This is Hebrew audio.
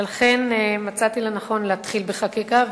ולכן מצאתי לנכון להתחיל בחקיקה.